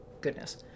goodness